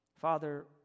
Father